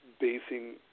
Basing